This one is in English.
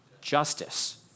Justice